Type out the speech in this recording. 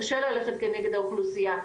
קשה ללכת כנגד האוכלוסייה,